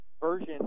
version